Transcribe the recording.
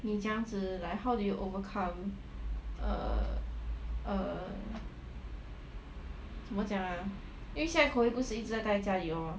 你怎样子 like how do you overcome err err 怎么讲 ah 因为现在 COVID 不是一直待在家里 lor